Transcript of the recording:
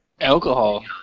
alcohol